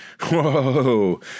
whoa